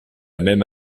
même